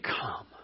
come